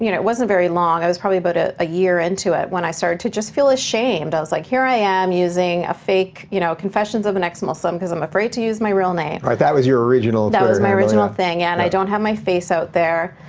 you know it wasn't very long. i was probably about ah a year into it when i started to just feel ashamed. i was like, here i am using a fake, you know, confessions of an ex-muslim, cause i'm afraid to use my real name. right, that was your original experiment, right? that was my original thing, and i don't have my face out there.